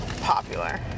popular